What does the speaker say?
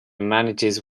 manages